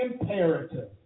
imperative